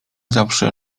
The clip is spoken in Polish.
zawsze